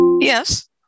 Yes